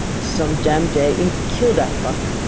some dam day heem keel dat buck.